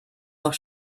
noch